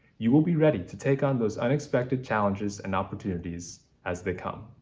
you will be ready to take on those unexpected challenges and opportunities as they come.